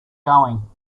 going